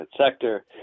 sector